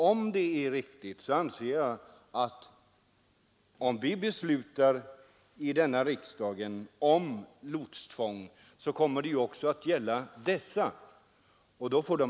Om denna riksdag beslutar om lotstvång, kommer detta också att gälla utländska fartyg.